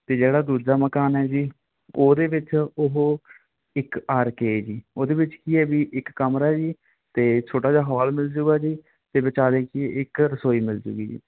ਅਤੇ ਜਿਹੜਾ ਦੂਜਾ ਮਕਾਨ ਹੈ ਜੀ ਉਹਦੇ ਵਿੱਚ ਉਹ ਇੱਕ ਆਰ ਕੇ ਜੀ ਉਹਦੇ ਵਿੱਚ ਕੀ ਹੈ ਵੀ ਇੱਕ ਕਮਰਾ ਹੈ ਜੀ ਅਤੇ ਛੋਟਾ ਜਿਹਾ ਹੌਲ ਮਿਲ ਜਾਊਗਾ ਜੀ ਅਤੇ ਵਿਚਾਲੇ ਕਿ ਇੱਕ ਰਸੋਈ ਮਿਲਜੂਗੀ ਜੀ